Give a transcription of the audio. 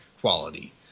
quality